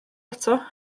eto